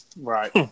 Right